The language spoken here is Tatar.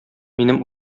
минем